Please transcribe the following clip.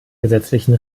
gesetzlichen